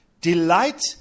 Delight